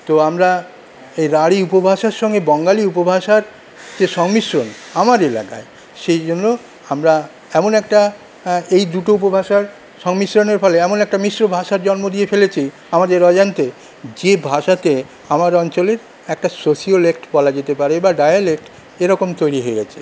তো আমরা এই রাঢ়ী উপভাষার সঙ্গে বঙ্গালী উপভাষার যে সংমিশ্রণ আমার এলাকায় সেই জন্য আমরা এমন একটা এই দুটো উপভাষার সংমিশ্রণের ফলে এমন একটা মিশ্র ভাষার জন্ম দিয়ে ফেলেছি আমাদের অজান্তে যে ভাষাতে আমাদের অঞ্চলের একটা সোশিওলেক্ট বলা যেতে পারে বা ডায়ালেক্ট এরকম তৈরি হয়ে গেছে